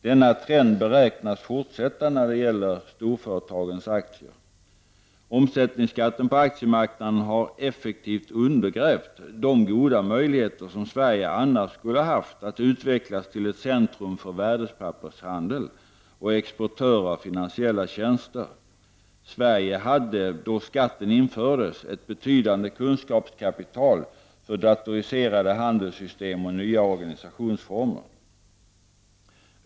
Denna trend beräknas fortsätta när det gäller storföretagens aktier. Omsättningsskatten på aktiemarknaden har effektivt undergrävt de goda möjligheter som Sverige annars skulle haft att utvecklas till ett centrum för värdepappershandel och som exportör av finansiella tjänster. Sverige hade då skatten infördes ett betydande kunskapskapital för datoriserade handelssystem och nya organisationsformer.